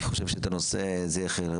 אני חושב שאת הנושא עם ההמלצות,